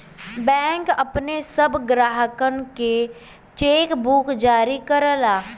bank अपने सब ग्राहकनके चेकबुक जारी करला